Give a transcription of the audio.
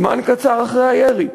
זמן קצר אחרי הירי,